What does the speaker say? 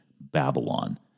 Babylon